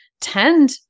tend